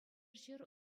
ҫӗр